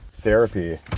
therapy